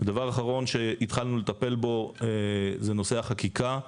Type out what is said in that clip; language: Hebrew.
הדבר האחרון שהתחלנו לטפל בו זה נושא החקיקה.